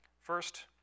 first